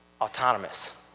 Autonomous